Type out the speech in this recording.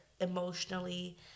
emotionally